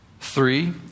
Three